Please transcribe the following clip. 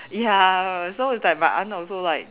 ya so it's like my aunt also like